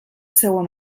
seua